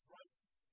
righteous